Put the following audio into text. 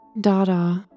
Dada